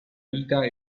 vita